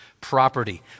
Property